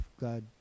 God